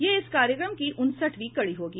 यह इस कार्यक्रम की उनसठवीं कड़ी होगी